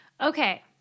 okay